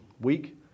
Week